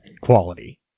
quality